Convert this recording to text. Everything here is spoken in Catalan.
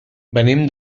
venim